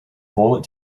bullet